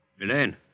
Elaine